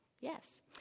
Yes